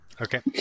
Okay